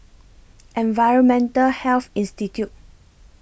Environmental Health Institute